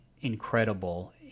incredible